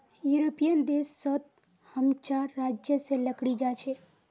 European देश सोत हम चार राज्य से लकड़ी जा छे